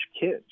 kids